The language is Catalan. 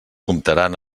comptaran